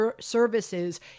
services